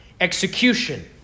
execution